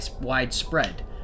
widespread